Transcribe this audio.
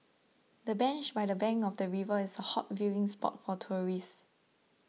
the bench by the bank of the river is a hot viewing spot for tourists